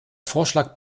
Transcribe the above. vorschlag